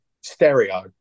stereo